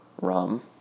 rum